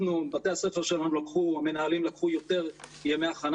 מנהלי בתי הספר שלנו לקחו יותר ימי הכנה